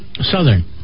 southern